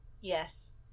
Yes